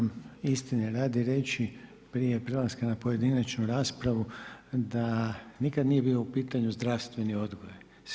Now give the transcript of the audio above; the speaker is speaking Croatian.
Moram istine radi reći prije prelaska na pojedinačnu raspravu, da nikad nije bio u potanju zdravstveni odgoj.